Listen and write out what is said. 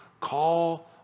Call